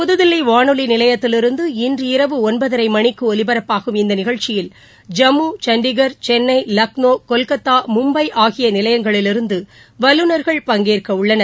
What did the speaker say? புதுதில்லி வானொலி நிலையத்திலிருந்து இன்று இரவு ஒன்பதரை மணிக்கு ஒலிபரப்பாகும் இந்த நிகழ்ச்சியில் ஜம்மு சண்டிகர் சென்னை லக்னோ கொல்கத்தா மும்பை ஆகிய நிலையங்களிலிருந்து வல்லுநர்கள் பங்கேற்க உள்ளனர்